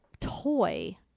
toy